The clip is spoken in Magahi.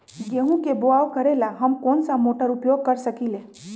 गेंहू के बाओ करेला हम कौन सा मोटर उपयोग कर सकींले?